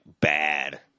bad